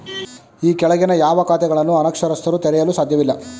ಈ ಕೆಳಗಿನ ಯಾವ ಖಾತೆಗಳನ್ನು ಅನಕ್ಷರಸ್ಥರು ತೆರೆಯಲು ಸಾಧ್ಯವಿಲ್ಲ?